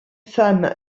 femme